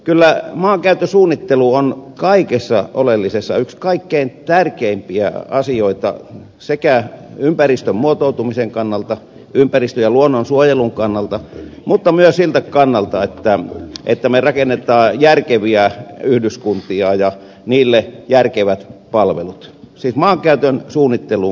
kyllä maankäytön suunnittelu on kaikessa oleellisessa yksi kaikkein tärkeimpiä asioita ympäristön muotoutumisen kannalta ympäristön ja luonnonsuojelun kannalta mutta myös siltä kannalta että me rakennamme järkeviä yhdyskuntia ja niille järkevät palvelut siis maankäytön suunnittelun kautta